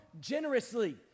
generously